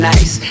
Nice